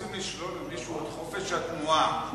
רוצים לשלול ממישהו את חופש התנועה,